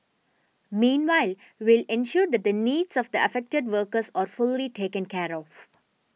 meanwhile will ensure that the needs of the affected workers are fully taken care of